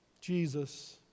Jesus